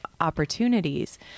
opportunities